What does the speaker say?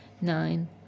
Nine